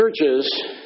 churches